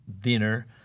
dinner